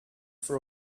for